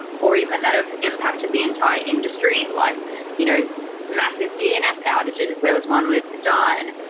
or even that have impacted the entire industry, like you know massive dns outages. there was one with dyn.